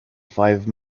five